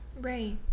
right